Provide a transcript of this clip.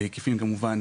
בהיקפים כמובן,